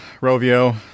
Rovio